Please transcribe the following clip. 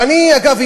ואגב,